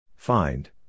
Find